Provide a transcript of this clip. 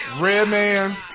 Redman